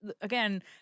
Again